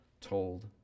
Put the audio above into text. told